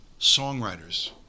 songwriters